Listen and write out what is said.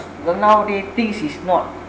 well nowadays things is not